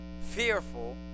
fearful